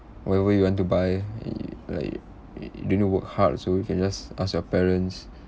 whatever you want to buy you like you don't need to work hard so you can just ask your parents